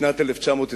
בשנת 1920,